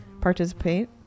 participate